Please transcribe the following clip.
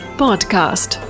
podcast